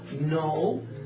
No